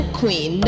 queen